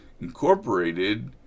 incorporated